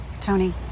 Tony